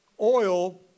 oil